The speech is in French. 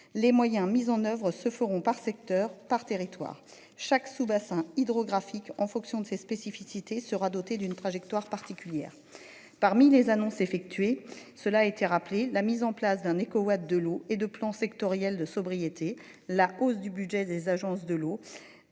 Les moyens mis en oeuvre se feront par secteur par territoire. Chaque sous-bassin hydrographique en fonction de ses spécificités, sera doté d'une trajectoire particulière. Parmi les annonces effectuées. Cela a été rappelé la mise en place d'un EcoWatt, de l'eau et de plan sectoriel de sobriété. La hausse du budget des agences de l'eau